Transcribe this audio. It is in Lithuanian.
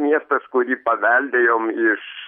miestas kurį paveldėjom iš